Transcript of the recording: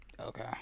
Okay